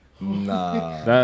Nah